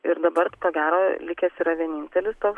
ir dabar ko gero likęs yra vienintelis toks